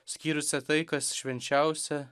skyrusią tai kas švenčiausia